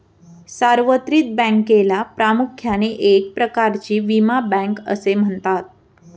सार्वत्रिक बँकेला प्रामुख्याने एक प्रकारची विमा बँक असे म्हणतात